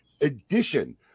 Edition